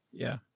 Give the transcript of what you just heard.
yeah.